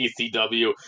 ECW